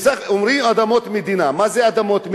אומרים: אדמות מדינה.